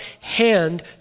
hand